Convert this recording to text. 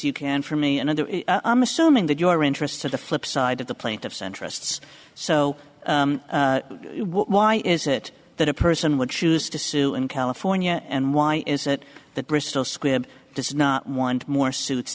you can for me and i'm assuming that you are interested the flip side of the plaintiff's interests so why is it that a person would choose to sue in california and why is it that bristol squibb does not want more suits